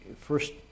first